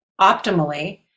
optimally